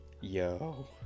Yo